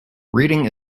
reading